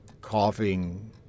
coughing